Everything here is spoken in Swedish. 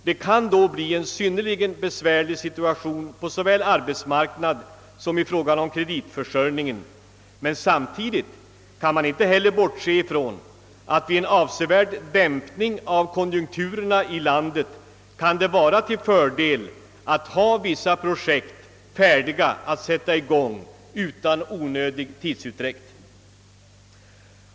Då kan det uppstå en besvärlig situation både på arbetsmarknaden och i fråga om kreditförsörjningen. Samtidigt kan man dock inte bortse från att det vid en avsevärd dämpning av konjunkturerna här i landet kan vara till fördel att ha vissa projekt färdiga att sätta i gång utan onödig tidsutdräkt.